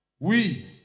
Oui